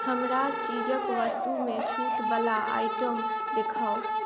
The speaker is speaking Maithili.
हमरा चीजक वस्तुमे छूटवला आइटम देखाउ